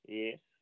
yes